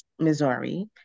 Missouri